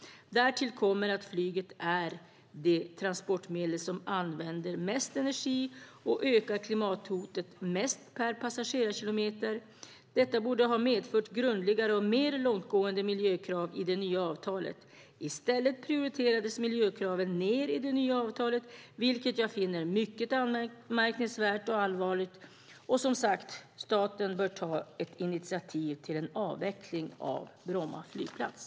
Därtill kommer att flyget är det transportmedel som använder mest energi och ökar klimathotet mest per passagerarkilometer. Detta borde ha medfört grundligare och mer långtgående miljökrav i det nya avtalet. I stället prioriterades miljökraven ned i det nya avtalet, vilket jag finner mycket anmärkningsvärt och allvarligt. Staten bör ta ett initiativ till en avveckling av Bromma flygplats.